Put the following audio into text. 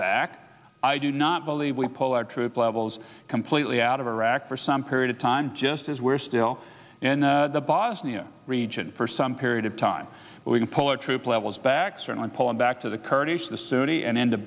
back i do not believe we pull our troop levels completely out of iraq for some period of time just as we're still in the bosnia region for some period of time we can pull troop levels back certainly pulling back to the kurdish the sunni and into